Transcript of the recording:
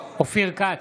כץ,